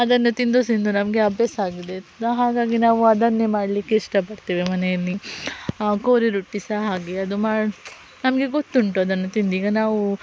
ಅದನ್ನು ತಿಂದು ತಿಂದು ನಮಗೆ ಅಭ್ಯಾಸ ಆಗಿದೆ ಹಾಗಾಗಿ ನಾವು ಅದನ್ನೇ ಮಾಡಲಿಕ್ಕೆ ಇಷ್ಟಪಡ್ತೇವೆ ಮನೆಯಲ್ಲಿ ಕೋರಿ ರೊಟ್ಟಿ ಸಹ ಹಾಗೆ ಅದು ಮಾಡೋ ನಮಗೆ ಗೊತ್ತುಂಟು ಅದನ್ನು ತಿಂದೀಗ ನಾವು